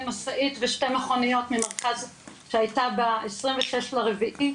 משאית ושתי מכוניות מהמרכז שהייתה ב-26 באפריל.